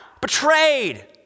betrayed